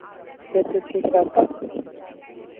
ऐसे ठीक रहता है